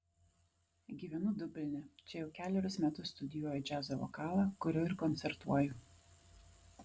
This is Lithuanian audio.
gyvenu dubline čia jau kelerius metus studijuoju džiazo vokalą kuriu ir koncertuoju